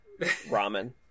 Ramen